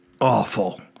awful